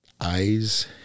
eyes